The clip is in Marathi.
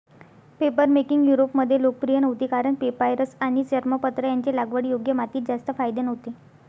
पेपरमेकिंग युरोपमध्ये लोकप्रिय नव्हती कारण पेपायरस आणि चर्मपत्र यांचे लागवडीयोग्य मातीत जास्त फायदे नव्हते